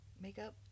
makeup